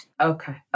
Okay